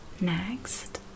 Next